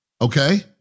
Okay